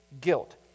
guilt